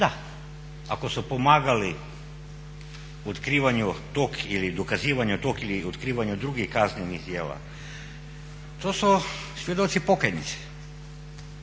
da, ako su pomagali u otkrivanju tog ili dokazivanju tog ili otkrivanju drugih kaznenih djela to su svjedoci pokajnici.